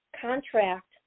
contract